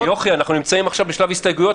אבל אנחנו נמצאים עכשיו בשלב ההסתייגויות.